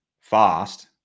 fast